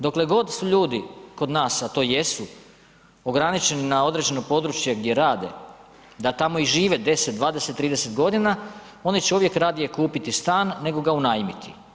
Dokle god su ljudi kod nas a to jesu ograničeni na određeno područje gdje rate, da tamo i žive 10, 20, 30 godina, oni će uvijek radije kupiti stan nego ga unajmiti.